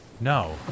No